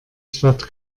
stadt